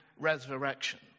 resurrection